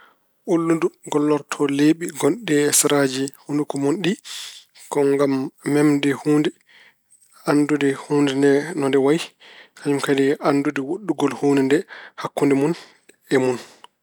Ullundu gollorto leeɓi ngonɗi e seraaji hunuko mun ɗi ko ngam memde huunde, anndude huunde nde no nde wayi, kañum kadi e anndude woɗɗungol huunde nde, hakkunde mun e mun.